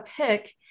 pick